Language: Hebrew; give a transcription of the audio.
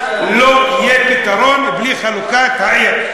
לא יהיה פתרון בלי חלוקת העיר,